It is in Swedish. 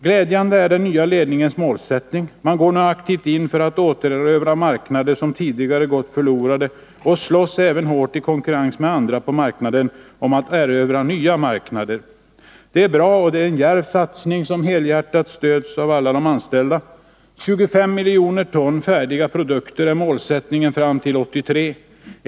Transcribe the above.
Glädjande är den nya ledningens målsättning. Man går nu aktivt in för att återerövra marknader som tidigare gått förlorade och slåss även hårt i konkurrens med andra om att erövra nya marknader. Det är bra, och det är en djärv satsning som helhjärtat har stöd av alla de anställda. 25 miljoner ton färdiga produkter fram till 1983 är målsättningen.